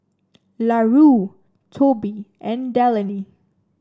Larue Tobe and Delaney